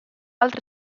altre